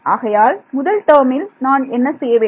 ஆகையால் முதல் டேர்மில் நான் என்ன செய்யவேண்டும்